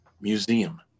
museum